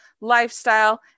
lifestyle